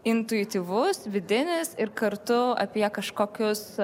intuityvus vidinis ir kartu apie kažkokius